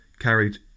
carried